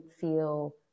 feel